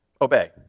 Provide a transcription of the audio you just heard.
obey